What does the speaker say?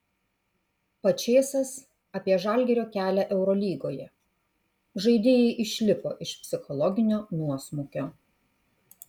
pačėsas apie žalgirio kelią eurolygoje žaidėjai išlipo iš psichologinio nuosmukio